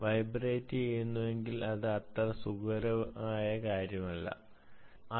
vibrate ചെയ്യുന്നുവെങ്കിൽ അത് വളരെ സുഖകരമല്ലെന്ന് അറിയുക